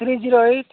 three zero eight